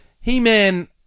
He-Man